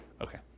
Okay